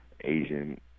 Asian